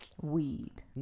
weed